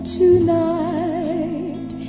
tonight